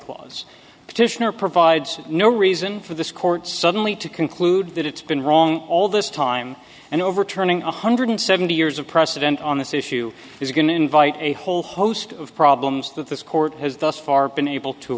clause petitioner provides no reason for this court suddenly to conclude that it's been wrong all this time and overturning one hundred seventy years of precedent on this issue is going to invite a whole host of problems that this court has thus far been able to